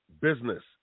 business